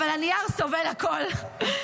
אבל הנייר סובל הכול,